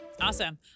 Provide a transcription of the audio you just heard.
Awesome